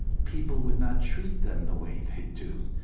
people would not treat them the way they do.